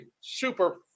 super